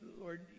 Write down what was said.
Lord